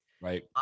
Right